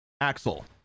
Axel